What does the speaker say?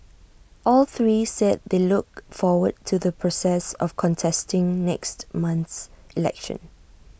all three said they look forward to the process of contesting next month's election